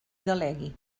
delegui